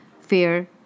fear